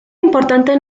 importante